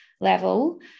level